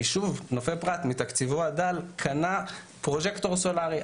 היישוב נופי פרת מתקציבו הדל קנה פרוז'קטור סולארי,